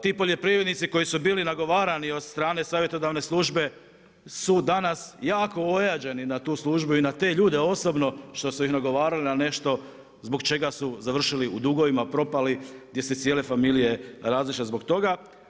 Ti poljoprivrednici koji su bili nagovarani od strane savjetodavne službe su danas jako ojađeni na tu službu i na te ljude osobno što su ih nagovarali na nešto zbog čega su završili u dugovima, propali, gdje se cijele familije razišle zbog toga.